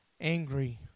angry